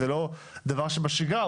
זה לא דבר שבשגרה,